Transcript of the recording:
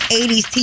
80s